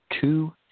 Two